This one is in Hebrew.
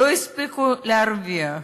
הם לא הספיקו להרוויח.